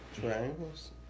Triangles